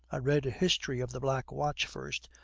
i read a history of the black watch first,